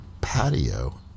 patio